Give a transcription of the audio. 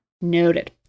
Noted